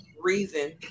reason